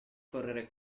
correre